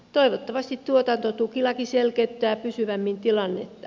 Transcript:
toivottavasti tuotantotukilaki selkeyttää pysyvämmin tilannetta